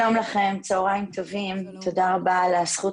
צהריים טובים ותודה רבה על זכות